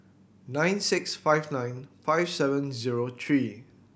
nine six five nine five seven zero three